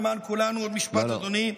למען כולנו, עוד משפט, אדוני,